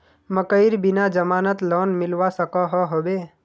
मकईर बिना जमानत लोन मिलवा सकोहो होबे?